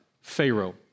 pharaoh